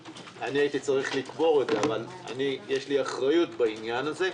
הייתי צריך לקבור את זה אבל יש לי אחריות בעניין הזה.